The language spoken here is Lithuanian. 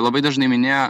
labai dažnai minėjo